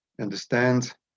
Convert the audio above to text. understand